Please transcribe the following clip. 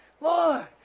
Lord